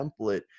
template